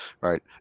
right